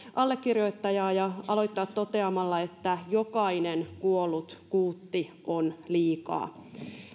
allekirjoittajaa ja aloittaa toteamalla että jokainen kuollut kuutti on liikaa